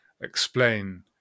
explain